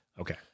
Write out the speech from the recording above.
Okay